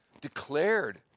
declared